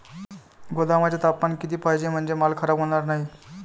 गोदामाचे तापमान किती पाहिजे? म्हणजे माल खराब होणार नाही?